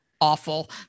awful